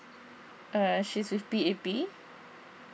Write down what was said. uh she's with P_A_P